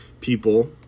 people